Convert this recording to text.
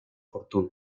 fortuna